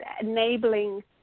enabling